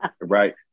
right